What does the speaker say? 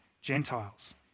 Gentiles